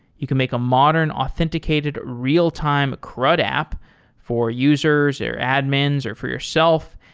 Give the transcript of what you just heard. you can make a modern authenticated real-time crud app for users, their admins or for yourself.